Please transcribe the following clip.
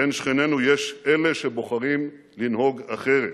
בין שכנינו יש כאלה שבוחרים לנהוג אחרת.